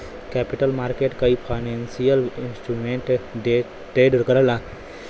capital market कई financial instrument trade करला